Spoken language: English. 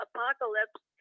Apocalypse